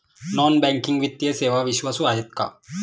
Non banking वित्तीय सेवा विश्वासू आहेत का?